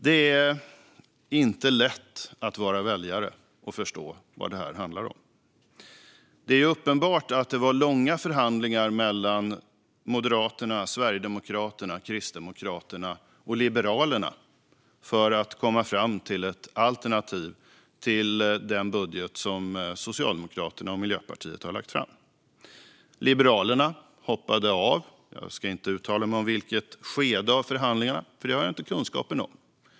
Det är inte lätt att vara väljare och förstå vad det här handlar om. Det är uppenbart att det var långa förhandlingar mellan Moderaterna, Sverigedemokraterna, Kristdemokraterna och Liberalerna för att de skulle komma fram till ett alternativ till den budget som Socialdemokraterna och Miljöpartiet har lagt fram. Liberalerna hoppade av. Jag ska inte uttala mig om i vilket skede av förhandlingarna, för det har jag inte kunskap om.